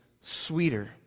sweeter